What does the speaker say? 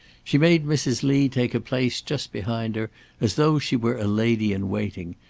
she made mrs. lee take a place just behind her as though she were a lady-in-waiting.